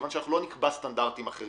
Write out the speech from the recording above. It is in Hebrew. כי לא נקבע סטנדרטים אחרים,